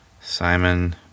Simon